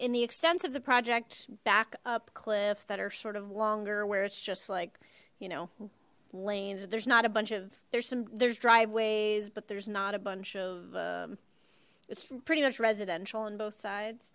in the extents of the project back up cliff that are sort of longer where it's just like you know lanes there's not a bunch of there's some there's driveways but there's not a bunch of um it's pretty much residential on both sides